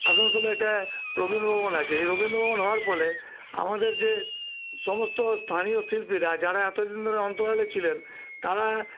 আসানসোলের একটা রবীন্দ্র ভবন আছে এই রবীন্দ্র ভবন হওয়ার ফলে আমাদের যে সমস্ত স্থানীয় শিল্পীরা যারা এতদিন ধরে অন্তরালে ছিলেন তারা